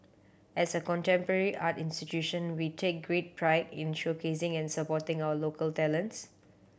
as a contemporary art institution we take great pride in showcasing and supporting our local talents